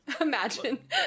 Imagine